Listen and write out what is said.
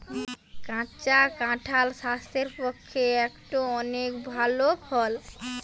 কাঁচা কাঁঠাল স্বাস্থ্যের পক্ষে একটো অনেক ভাল ফল